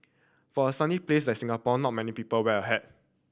for a sunny place a Singapore not many people wear hat